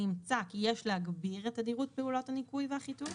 נמצא כי יש להגביר את תדירות פעולות הניקוי והחיטוי,